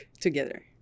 together